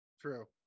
True